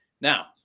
Now